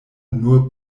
nur